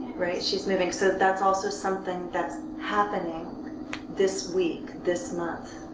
right? she's moving, so that's also something that's happening this week, this month.